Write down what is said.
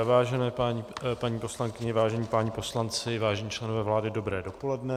Vážené paní poslankyně, vážení páni poslanci, vážení členové vlády, dobré dopoledne.